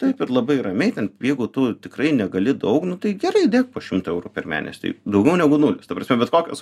taip ir labai ramiai ten jeigu tu tikrai negali daug nu tai gerai įdėk po šimtą eurų per mėnesį daugiau negu nulį ta prasme bet kokios